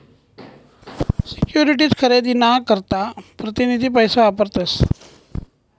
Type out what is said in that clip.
securities खरेदी ना करता प्रतीनिधी पैसा वापरतस